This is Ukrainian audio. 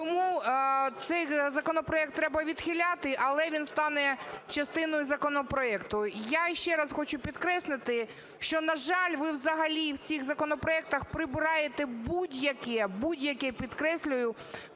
Тому цей законопроект треба відхиляти, але він стане частиною законопроекту. Я ще раз хочу підкреслити, що, на жаль, ви взагалі в цих законопроектах прибираєте будь-який, будь-який, підкреслюю,